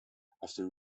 after